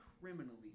criminally